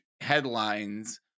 headlines